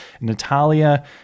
Natalia